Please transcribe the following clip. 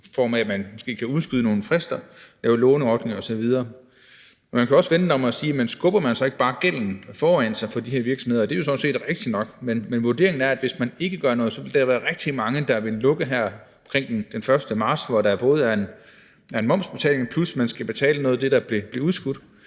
i form af at man måske kunne udskyde nogle frister, lave låneordninger osv. Men man kunne også vende den om og spørge: Skubber de her virksomheder så ikke bare gælden foran sig? Det er jo sådan set rigtigt nok, men vurderingen er, at hvis man ikke gør noget, vil der være rigtig mange, der vil lukke her omkring den 1. marts, hvor der både er en momsbetaling, plus at man skal betale noget af det, der blev udskudt.